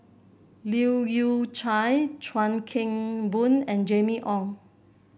Leu Yew Chye Chuan Keng Boon and Jimmy Ong